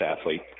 athlete